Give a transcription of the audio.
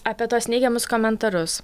apie tuos neigiamus komentarus